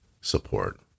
support